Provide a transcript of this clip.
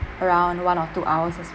around one or two hours as well